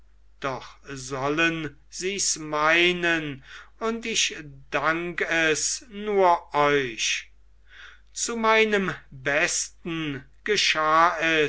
doch sollen sies meinen und ich dank es nur euch zu meinem besten geschah